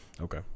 Okay